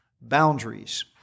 boundaries